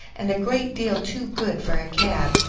and a great deal too good for a cab,